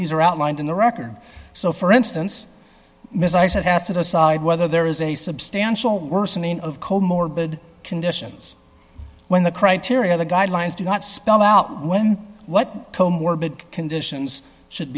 these are outlined in the record so for instance ms i said has to decide whether there is a substantial worsening of co morbid conditions when the criteria the guidelines do not spell out when what co morbid conditions should